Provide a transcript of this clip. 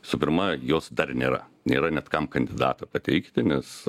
visų pirma jos dar nėra nėra net kam kandidato pateikti nes